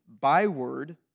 byword